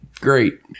great